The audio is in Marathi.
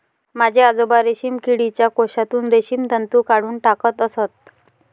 माझे आजोबा रेशीम किडीच्या कोशातून रेशीम तंतू काढून टाकत असत